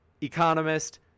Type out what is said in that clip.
economist